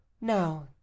Now